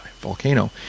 volcano